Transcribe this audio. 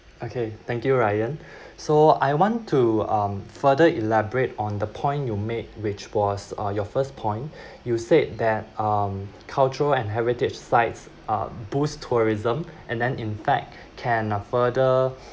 okay thank you ryan so I want to um further elaborate on the point you made which was uh your first point you said that um cultural and heritage sites uh boost tourism and then in fact can further